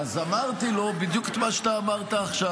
אז אמרתי לו בדיוק את מה שאתה אמרת עכשיו.